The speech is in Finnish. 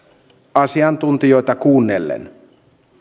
asiantuntijoita kuunnellen